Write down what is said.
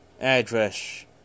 address